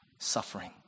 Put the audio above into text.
suffering